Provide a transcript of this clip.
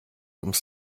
ums